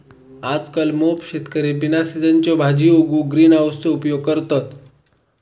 आजकल मोप शेतकरी बिना सिझनच्यो भाजीयो उगवूक ग्रीन हाउसचो उपयोग करतत